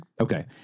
Okay